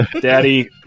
Daddy